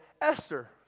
Esther